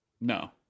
No